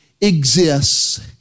exists